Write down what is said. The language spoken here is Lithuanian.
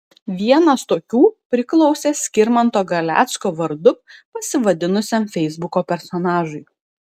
vienas tokių priklausė skirmanto galecko vardu pasivadinusiam feisbuko personažui